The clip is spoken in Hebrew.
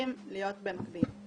צריכים להיות במקביל.